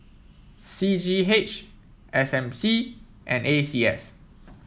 C G H S M C and A C S